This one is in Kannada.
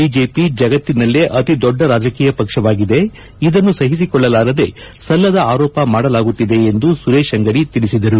ಬಿಜೆಪಿ ಜಗತ್ತಿನಲ್ಲೇ ಅತಿ ದೊಡ್ಡ ರಾಜಕೀಯ ಪಕ್ಷವಾಗಿದೆ ಇದನ್ನು ಸಹಿಸಿಕೊಳ್ಳಲಾರದೆ ಸಲ್ಲದ ಆರೋಪ ಮಾಡುತ್ತಿವೆ ಎಂದು ಸುರೇಶ್ ಅಂಗಡಿ ತಿಳಿಸಿದರು